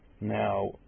Now